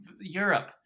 Europe